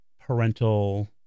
parental